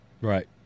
Right